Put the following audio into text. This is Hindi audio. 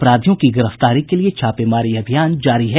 अपराधियों की गिरफ्तारी के लिए छापेमारी अभियान जारी है